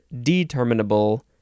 determinable